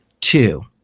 Two